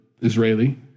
Israeli